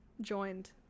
joined